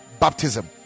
baptism